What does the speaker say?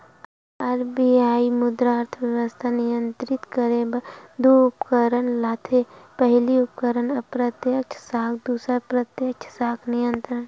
RBI मुद्रा अर्थबेवस्था म नियंत्रित करे बर दू उपकरन ल लाथे पहिली उपकरन अप्रत्यक्छ साख दूसर प्रत्यक्छ साख नियंत्रन